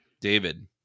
David